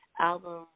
album